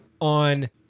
on